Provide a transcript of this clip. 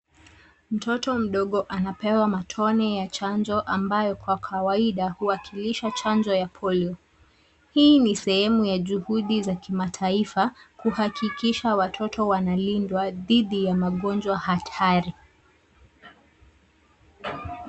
Mtoto mdogo anapewa matone ya chanjo ambayo kwa kawaida huwakilisha chanjo ya polio. Hii ni sehemu ya juhudi za kimataifa kuhakikisha watoto wanalindwa dhidi ya magonjwa hatari.